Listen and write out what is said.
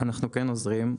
אנחנו עוזרים,